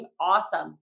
awesome